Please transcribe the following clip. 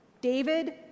David